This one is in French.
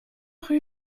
rue